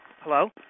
Hello